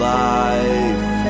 life